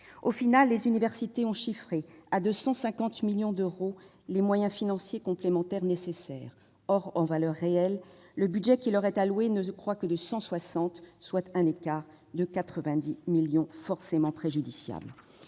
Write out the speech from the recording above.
Au final, les universités ont chiffré à 250 millions d'euros les moyens financiers complémentaires nécessaires. Or, en valeur réelle, le budget qui leur est alloué ne croît « que » de 160 millions d'euros, soit un écart de 90 millions d'euros forcément préjudiciable.